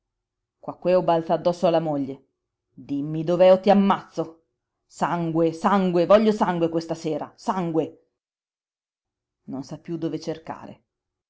porta quaquèo balza addosso alla moglie dimmi dov'è o t'ammazzo sangue sangue voglio sangue questa sera sangue non sa piú dove cercare